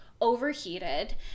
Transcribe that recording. overheated